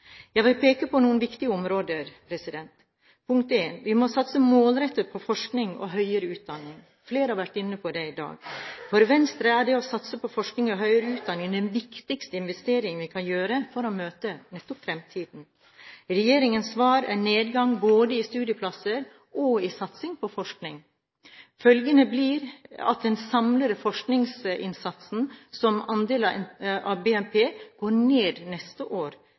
Jeg vil peke på noen viktige områder: Vi må satse målrettet på forskning og høyere utdanning. Flere har vært inne på det i dag. For Venstre er det å satse på forskning og høyere utdanning den viktigste investering vi kan gjøre for å møte nettopp fremtiden. Regjeringens svar er nedgang både i studieplasser og i satsing på forskning. Følgene blir at den samlede forskningsinnsatsen som andel av BNP går ned neste år,